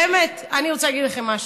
באמת, אני רוצה להגיד לכם משהו: